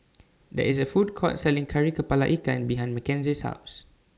There IS A Food Court Selling Kari Kepala Ikan behind Mckenzie's House